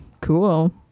cool